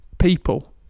people